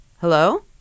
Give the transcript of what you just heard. Hello